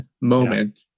moment